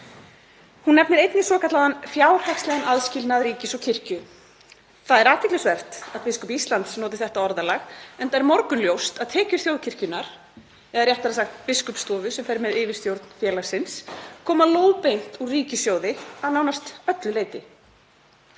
Hún nefnir einnig svokallaðan fjárhagslegan aðskilnað ríkis og kirkju. Það er athyglisvert að biskup Íslands noti þetta orðalag enda er morgunljóst að tekjur þjóðkirkjunnar, eða réttara sagt biskupsstofu sem fer með yfirstjórn félagsins, koma lóðbeint úr ríkissjóði að nánast öllu leyti.